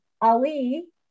Ali